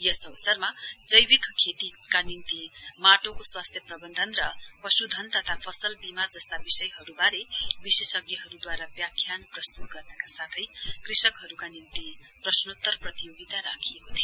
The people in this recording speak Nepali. यस अवसरमा जैविक खेतीका निम्ति माटोको स्वास्थ्य प्रबन्धन र पश्धन तथा फसल बीमा जस्ता विषयहरूबारे विशेषज्ञहरूद्वारा व्याख्यान प्रस्तुत गर्नका साथै कृषकहरूका निम्ति प्रश्नोतर प्रतियोगिता राखिएको थियो